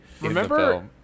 Remember